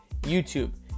YouTube